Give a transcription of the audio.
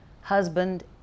husband